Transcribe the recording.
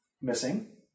Missing